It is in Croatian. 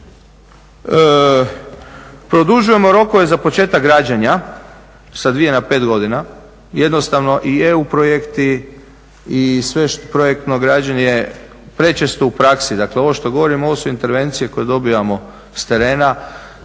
Produžujemo rokove za početak građenja sa dvije na pet godina. Jednostavno i EU projekti i sve projektno građenje prečesto u praksi, dakle ovo što govorim ovo su intervencije koje dobijamo s terena